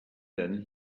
then